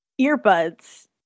earbuds